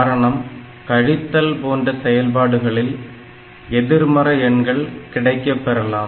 காரணம் கழித்தல் போன்ற செயல்பாடுகளில் எதிர்மறை எண்கள் கிடைக்கப் பெறலாம்